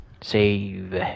Save